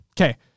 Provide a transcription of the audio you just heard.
Okay